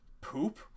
poop